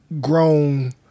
grown